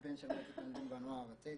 בקמפיין שמועצת הילדים והנוער הארצית